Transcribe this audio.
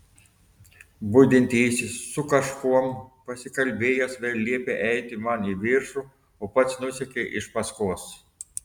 budintysis su kažkuom pasikalbėjęs vėl liepė eiti man į viršų o pats nusekė iš paskos